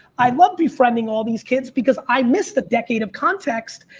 i love befriending all these kids because i missed the decade of context.